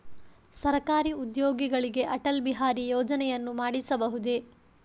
ಸರಕಾರಿ ಉದ್ಯೋಗಿಗಳಿಗೆ ಅಟಲ್ ಬಿಹಾರಿ ಯೋಜನೆಯನ್ನು ಮಾಡಿಸಬಹುದೇ?